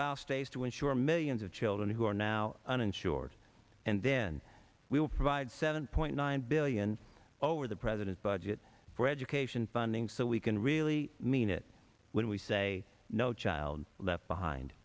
allow states to insure millions of children who are now uninsured and then we will provide seven point nine billion over the president's budget for education funding so we can really mean it when we say no child left behind